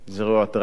זה אירוע טרגי,